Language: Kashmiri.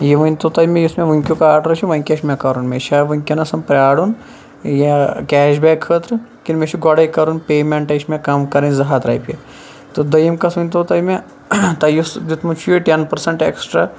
یہِ ؤنتو تُہۍ مےٚ یُس مےٚ وٕنکینُک آڈَر چھُ وۄنۍ کیاہ چھُ مےٚ کَرُن مےٚ چھا وِنکٮ۪نس پرارُن یا کیش بیک خٲطرٕ کِنہٕ مےٚ چھُ گۄڈے کَرُن پیمنٹے چھ مےٚ کَم کَرٕنۍ زٕ ہَتھ رۄپیہِ تہٕ دوٚیِم کَتھ ؤنتو تۄہہِ مےٚ تۄہہِ یُس دیُتمُت چھو ٹیٚن پرسنٹ ایٚکسٹرا